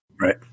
right